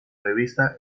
revista